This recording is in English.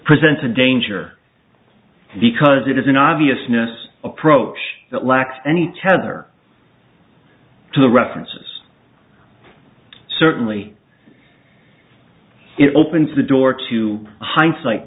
presents a danger because it is an obviousness approach that lacks any tether to the reference certainly it opens the door to hindsight